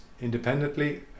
independently